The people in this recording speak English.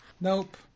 nope